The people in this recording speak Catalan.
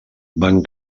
van